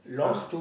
ah